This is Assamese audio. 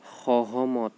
সহমত